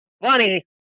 Funny